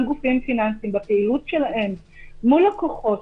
גופים פיננסיים בפעילות שלהם מול לקוחות,